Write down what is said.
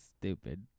Stupid